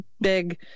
big